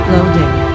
Loading